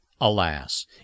Alas